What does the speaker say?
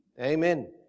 Amen